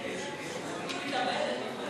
היא מתאבדת מזה.